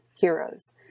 heroes